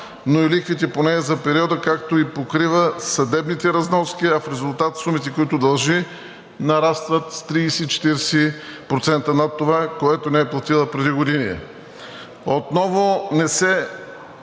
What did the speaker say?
но и лихвите по нея за периода, както и покрива съдебните разноски, а в резултат сумите, които дължи, нарастват с 30 – 40% над това, което не е платила преди години. Отново не се